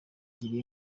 gira